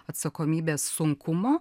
atsakomybės sunkumo